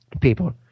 people